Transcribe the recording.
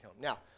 Now